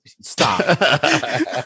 stop